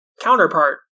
counterpart